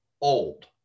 old